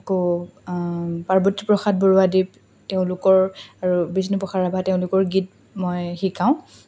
আকৌ পাৰ্বত প্ৰ্ৰসাদ বৰুৱাদেৱ তেওঁলোকৰ আৰু বিষ্ণু প্ৰসাদ ৰাভা তেওঁলোকৰ গীত মই শিকাওঁ